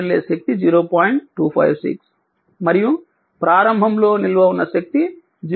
256 మరియు ప్రారంభంలో నిల్వ ఉన్న శక్తి 0